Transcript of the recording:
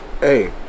Hey